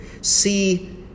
see